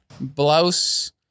blouse